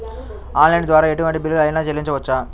Online ద్వారా ఎటువంటి bill అయినా చెల్లించవచ్చా?